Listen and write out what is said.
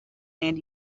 and